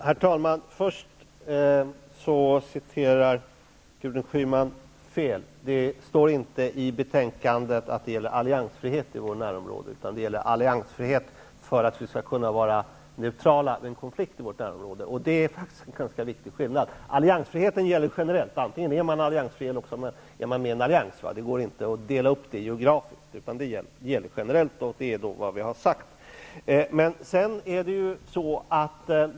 Herr talman! Först vill jag säga att Gudrun Schyman citerar fel. Det står inte i betänkandet att det gäller ''alliansfrihet i vårt närområde''. Det gäller alliansfrihet för att vi skall kunna vara neutrala vid en konflikt i vårt närområde. Det är en viktig skillnad. Alliansfriheten gäller generellt -- antingen är man alliansfri eller också är man med i en allians. Det går inte att dela upp detta geografiskt, utan alliansfriheten gäller generellt, och det är vad vi har sagt.